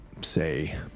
say